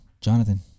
Jonathan